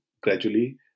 gradually